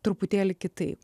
truputėlį kitaip